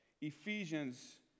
Ephesians